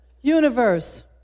Universe